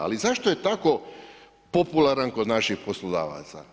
Ali zašto je tako popularan kod naših poslodavaca?